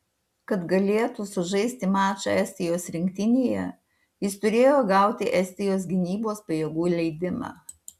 kad galėtų sužaisti mačą estijos rinktinėje jis turėjo gauti estijos gynybos pajėgų leidimą